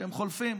שהן חולפות.